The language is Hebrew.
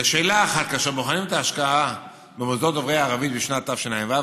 לשאלה 1: כאשר בוחנים את ההשקעה במוסדות דוברי ערבית בשנת תשע"ו,